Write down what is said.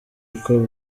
uko